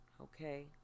okay